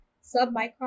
sub-micron